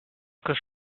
que